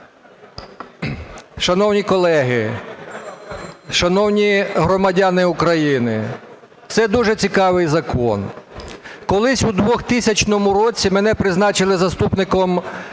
Шановні колеги, шановні громадяни України! Це дуже цікавий закон. Колись у 2000 році мене призначили заступником